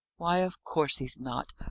why, of course he's not,